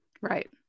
Right